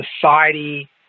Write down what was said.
society